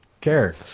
care